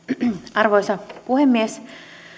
arvoisa puhemies